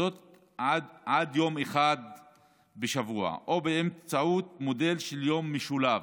זאת עד יום אחד בשבוע או באמצעות מודל של יום משולב.